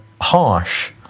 harsh